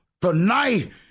tonight